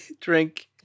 drink